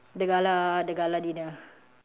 the gala the gala dinner